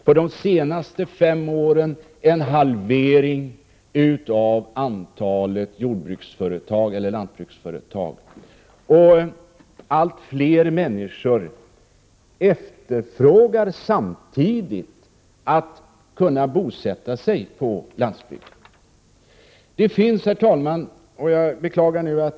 På de senaste fem åren har det skett en halvering av antalet lantbruksföretag. Allt fler människor efterfrågar samtidigt möjligheter att bosätta sig på landsbygden.